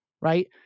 Right